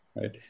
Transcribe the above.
right